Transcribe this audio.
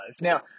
Now